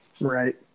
Right